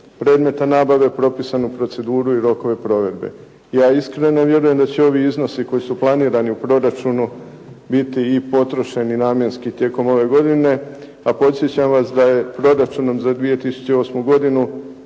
predmeta nabave propisanu proceduru i rokove provedbe. Ja iskreno vjerujem da će ovi iznosi koji su planirani u proračunu biti i potrošeni namjenski tijekom ove godine, pa podsjećam vas da je Proračunom za 2008. godinu